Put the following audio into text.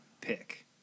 pick